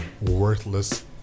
worthless